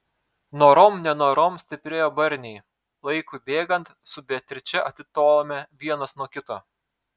norom nenorom stiprėjo barniai laikui bėgant su beatriče atitolome vienas nuo kito